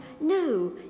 no